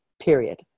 period